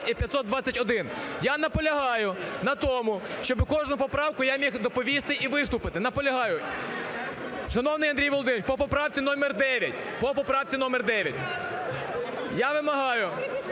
і 521. Я наполягаю на тому, щоб кожну поправку я міг доповісти і виступити. Наполягаю, шановний Андрію Володимировичу, по поправці номер 9. Я вимагаю,